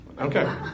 Okay